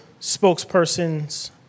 spokespersons